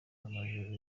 amajoro